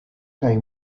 kaj